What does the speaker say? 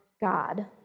God